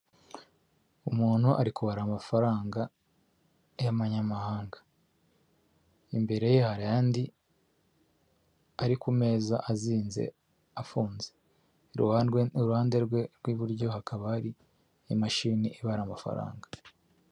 Umuntu ari kubara amafaranga y'amanyamahanga. Imbere ye hari andi ari ku meza, azinze, afunze. Iruhande rwe rw'iburyo hakaba hari imashini ibara amafaranga.